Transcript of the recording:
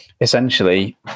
essentially